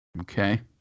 Okay